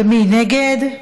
ומי נגד?